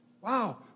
Wow